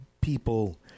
people